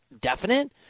definite